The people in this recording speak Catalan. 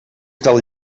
del